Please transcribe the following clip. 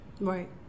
Right